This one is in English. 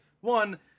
one